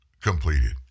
completed